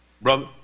Brother